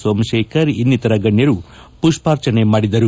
ಸೋಮಶೇಖರ್ ಇನ್ನಿತರ ಗಣ್ಯರು ಪುಷ್ಪಾರ್ಚನೆ ಮಾಡಿದರು